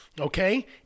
Okay